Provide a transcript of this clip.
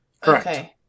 Correct